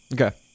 Okay